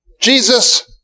Jesus